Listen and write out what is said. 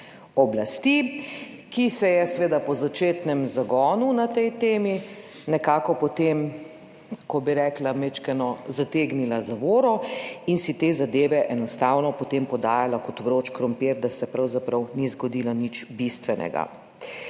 oblasti, ki se je seveda po začetnem zagonu na tej temi nekako potem, kako bi rekla, majčkeno zategnila zavoro in si te zadeve enostavno potem podajala kot vroč krompir, da se pravzaprav ni zgodilo nič bistvenega.